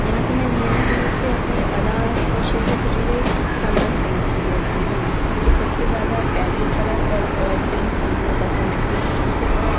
यहाँ से मैं नियमित रूप से अपने कलर्स और शिल्प से जुड़े सामान खरीदती रहती हूँ मुझे सब से ज़्यादा फैब्रिक कलर और ऑइल पेंट खरीदना पसंद है क्योंकि इन से मैं